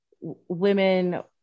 women